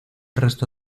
resto